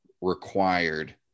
required